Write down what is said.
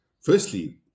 Firstly